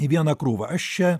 į vieną krūvą aš čia